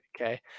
okay